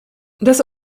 das